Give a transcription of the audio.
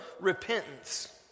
repentance